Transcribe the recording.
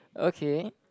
okay